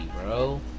bro